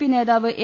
P നേതാവ് A